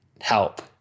help